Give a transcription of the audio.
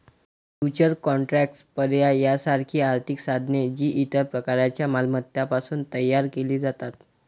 futures contracts, पर्याय यासारखी आर्थिक साधने, जी इतर प्रकारच्या मालमत्तांपासून तयार केली जातात